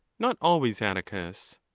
not always, atticus.